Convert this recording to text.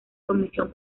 comisión